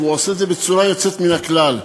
ועושה את זה בצורה יוצאת מן הכלל.